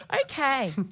Okay